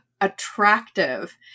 attractive